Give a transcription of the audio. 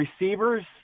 receivers